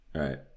right